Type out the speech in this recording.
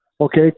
Okay